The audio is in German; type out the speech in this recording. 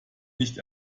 nicht